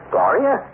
Gloria